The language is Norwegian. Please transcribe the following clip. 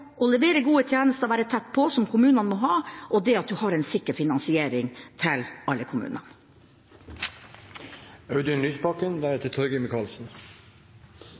å levere gode tjenester og være tett på, som kommunene må være, og det å ha en sikker finansiering til alle